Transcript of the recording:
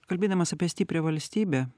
kalbėdamas apie stiprią valstybę